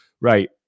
Right